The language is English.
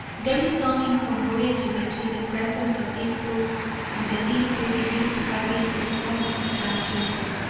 there is some incongruity between the presence of this book and the deed we believe to have been performed down yonder.